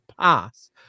pass